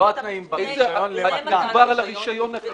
לא התנאים ברישיון, התנאים למתן רישיון.